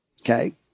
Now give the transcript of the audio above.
Okay